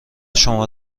شما